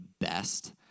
best